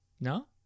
No